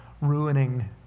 ruining